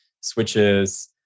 switches